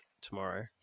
tomorrow